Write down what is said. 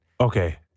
Okay